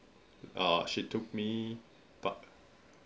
uh she took me but